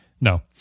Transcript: no